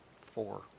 four